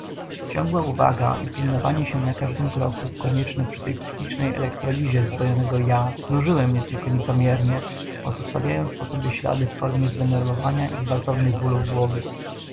ciągła uwaga i pilnowanie się na każdym kroku konieczne przy tej psychicznej elektrolizie zdwojonego ja nużyły mnie tylko niepomiernie pozostawiając po sobie ślady w formie zdenerwowania i gwałtownych bolów głowy